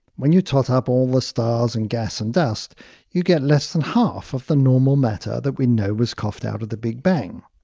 when you tot up all the stars and gas and dust you get less than half of the normal matter that we know was coughed out of the big bang.